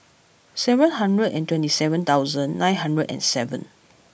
seven hundred and twenty seven thousand nine hundred and seven